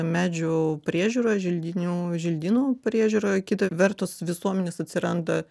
medžių priežiūroje želdinių želdynų priežiūroje kita vertus visuomenės atsiranda